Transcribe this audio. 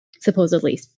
supposedly